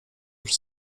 już